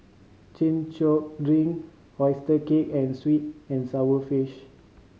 Chin Chow drink oyster cake and sweet and sour fish